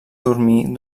dormir